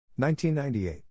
1998